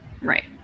right